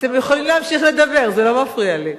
אתם יכולים להמשיך לדבר, זה לא מפריע לי.